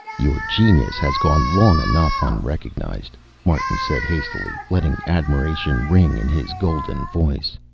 your genius has gone long enough unrecognized, martin said hastily, letting admiration ring in his golden voice.